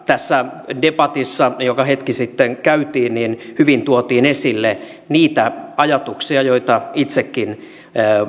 tässä debatissa joka hetki sitten käytiin hyvin tuotiin esille niitä ajatuksia joita itsekin